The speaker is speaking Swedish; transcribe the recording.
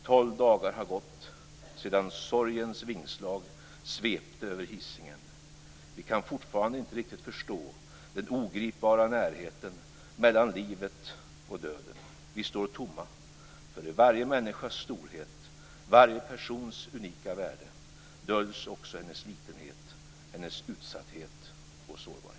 Tolv dagar har gått sedan sorgens vingslag svepte över Hisingen. Vi kan fortfarande inte riktigt förstå den ogripbara närheten mellan livet och döden. Vi står tomma. För i varje människans storhet - varje persons unika värde - döljs också hennes litenhet - hennes utsatthet och sårbarhet.